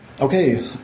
Okay